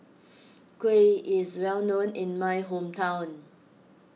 Kuih is well known in my hometown